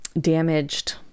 damaged